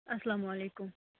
اسلامُ علیکُم